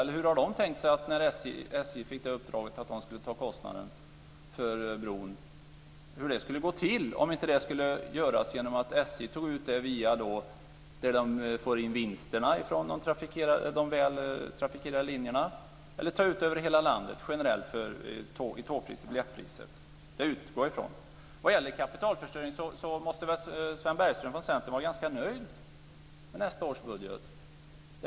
Eller hur tänkte Centern när SJ fick uppdraget att ta kostnaden för bron? Hur skulle det gå till om det inte skulle göras genom att SJ tog ut det via det man får in i form av vinst från de väl trafikerade linjerna eller genom att SJ tog ut det över hela landet generellt i biljettpriset? Detta utgår jag från. Vad gäller kapitalförstöring måste väl Sven Bergström från Centern vara ganska nöjd med nästa års budget.